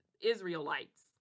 Israelites